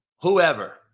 whoever